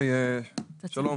שלום,